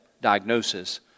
diagnosis